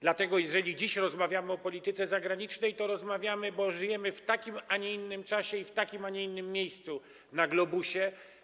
Dlatego jeżeli dziś rozmawiamy o polityce zagranicznej, to rozmawiamy, bo żyjemy w takim, a nie innym czasie, i w takim, a nie innym miejscu na globusie.